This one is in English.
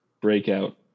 breakout